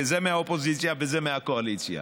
וזה מהאופוזיציה וזה מהקואליציה,